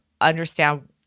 understand